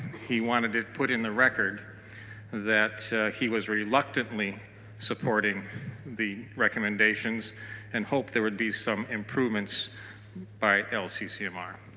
he wanted put in the record that he was reluctantly supporting the recommendations and hoped there would be some improvements by lccmr.